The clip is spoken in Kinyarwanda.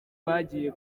bajyiye